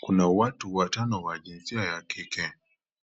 Kuna watu watano wa jinsia ywa kike .